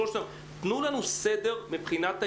תנו לנו סדר מבחינת הימים.